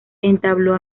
entabló